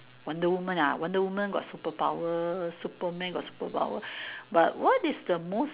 wonder woman ah wonder woman got superpower Superman got superpower but what is the most